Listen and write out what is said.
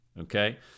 okay